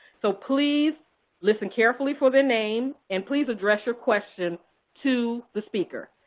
so please listen carefully for their name and please address your question to the speaker.